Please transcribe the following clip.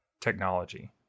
technology